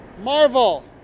Marvel